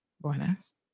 buenas